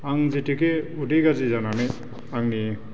आं जेथुखे उदै गाज्रि जानानै आंनि